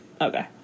okay